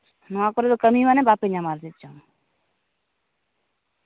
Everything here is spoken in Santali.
ᱱᱚᱣᱟ ᱠᱚᱨᱮ ᱫᱚ ᱠᱟᱹᱢᱤ ᱢᱟᱱᱮ ᱵᱟᱯᱮ ᱧᱟᱢᱟ ᱪᱮᱫ ᱪᱚᱝ